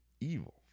evil